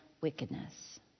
wickedness